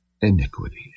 iniquities